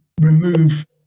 remove